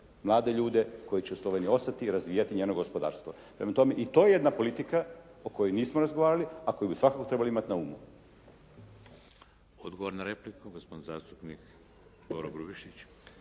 mlade ljude koji će u Sloveniji ostati i razvijati njeno gospodarstvo. Prema tome, i to je jedna politika o kojoj nismo razgovarali a koju bi svakako trebali imati na umu. **Šeks, Vladimir (HDZ)** Odgovor na repliku, gospodin zastupnik Boro Grubišić.